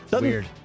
Weird